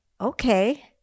Okay